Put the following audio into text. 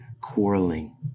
quarreling